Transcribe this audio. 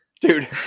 Dude